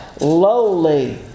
Lowly